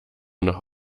nach